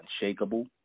unshakable